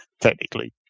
technically